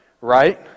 right